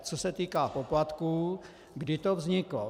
Co se týká poplatků, kdy to vzniklo.